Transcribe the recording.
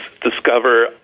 discover